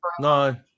No